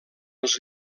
els